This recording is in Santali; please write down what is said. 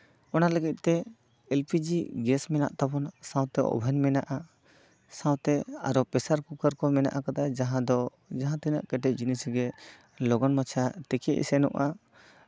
ᱚᱱᱟ ᱞᱟᱹᱜᱤᱫ ᱛᱮ ᱮᱞ ᱯᱤ ᱡᱤ ᱜᱮᱥ ᱢᱮᱱᱟᱜ ᱛᱟᱵᱳᱱᱟ ᱥᱟᱶᱛᱮ ᱳᱵᱷᱮᱱ ᱢᱮᱱᱟᱜᱼᱟ ᱥᱟᱶᱛᱮ ᱟᱨᱚ ᱯᱮᱥᱟᱨ ᱠᱩᱠᱟᱨ ᱠᱚ ᱢᱮᱱᱟᱜ ᱠᱟᱫᱟ ᱡᱟᱦᱟᱸ ᱫᱚ ᱡᱟᱦᱟᱸ ᱛᱤᱱᱟᱹᱜ ᱠᱮᱴᱮᱡ ᱡᱤᱱᱤᱥ ᱜᱮ ᱞᱚᱜᱚᱱ ᱢᱟᱪᱷᱟᱛᱤᱠᱤ ᱤᱥᱤᱱᱚᱜᱼᱟ